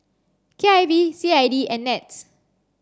K I V C I D and NETS